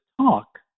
talk